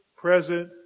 present